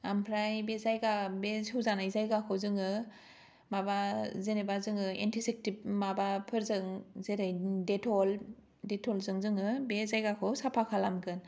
आमफ्राय बे जायगा बे सौजानाय जायगाखौ जोङो माबा जेनेबा जोङो एन्टिसेफटिक माबा फोरजों जेरै ओम डेटल डेटलजों जोङो बे जायगाखौ साफा खालामगोन